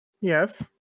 yes